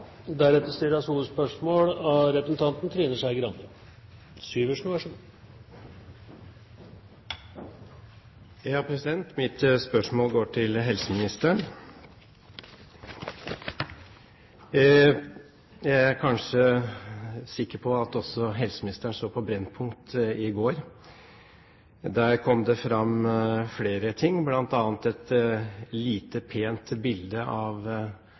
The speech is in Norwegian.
Mitt spørsmål går til helseministeren. Jeg er ganske sikker på at også helseministeren så på Brennpunkt i går. Der kom det fram flere ting, bl.a. et lite pent bilde av